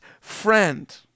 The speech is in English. friend